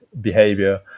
behavior